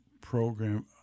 program